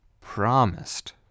Promised